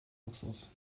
luxus